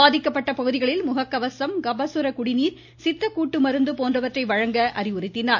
பாதிக்கப்பட்ட பகுதிகளில் முக கவசம் கபசுர குடிநீர் சித்த கூட்டு மருந்து போன்றவற்றை வழங்க அவர் அறிவுறுத்தினார்